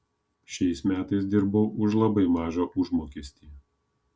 šiais metais dirbau už labai mažą užmokestį